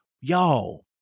Y'all